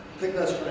think that's